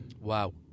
Wow